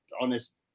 honest